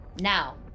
Now